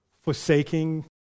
forsaking